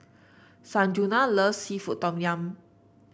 Sanjuana loves seafood Tom Yum